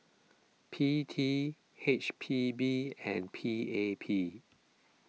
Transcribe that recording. P T H P B and P A P